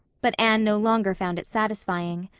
but anne no longer found it satisfying.